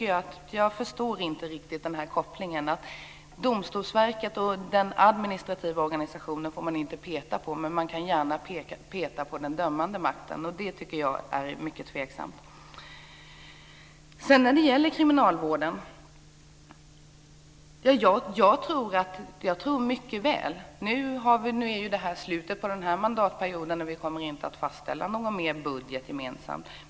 Jag förstår inte riktigt den här kopplingen. Domstolsverket och den administrativa organisationen får man inte peta på, men man kan gärna peta på den dömande makten. Det tycker jag är mycket tveksamt. Sedan gäller det kriminalvården. Nu är ju det här slutet på den här mandatperioden. Vi kommer inte att fastställa någon mer budget gemensamt.